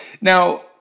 Now